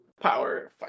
power